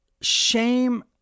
shame